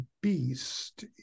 beast